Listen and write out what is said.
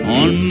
on